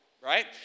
right